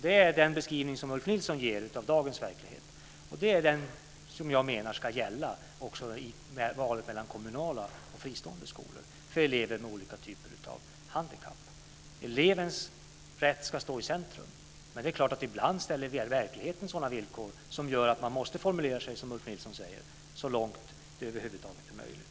Det är den beskrivning som Ulf Nilsson ger av dagens verklighet, och det är den jag menar ska gälla också i valet mellan kommunala och fristående skolor för elever med olika typer av handikapp. Elevens rätt ska stå i centrum, men ibland ställer verkligheten sådana villkor att man måste formulera sig som Ulf Nilsson gör: så långt det över huvud taget är möjligt.